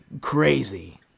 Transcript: crazy